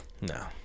no